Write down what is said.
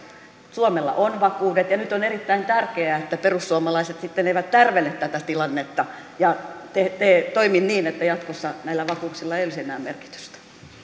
suomella on vakuudet ja nyt on erittäin tärkeää että perussuomalaiset sitten eivät tärvele tätä tilannetta ja toimi niin että jatkossa näillä vakuuksilla ei olisi enää merkitystä